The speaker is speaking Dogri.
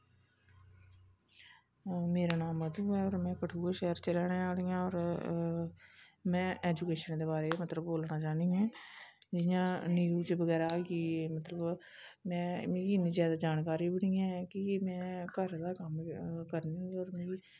मेरा नांम मधू ऐ और में कठुऐ शहर च रैहने आहली हां और में ऐजुकेशन दे बारे च मतलब बोलना चाहन्नी आं जियां न्यूज बगैरा होई गेई मतलब में मिगी इन्नी ज्यादा जानकारी बी नेईं ऐ कि में घरे दा कम्म गै करनी होन्नी हां और में